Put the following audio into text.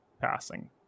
passing